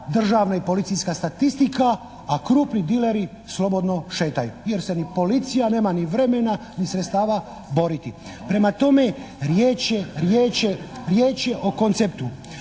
državna i policijska statistika, a krupni dileri slobodno šetaju jer policija nema ni vremena ni sredstava boriti. Prema tome riječ je o konceptu.